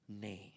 name